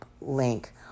link